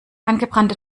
angebrannte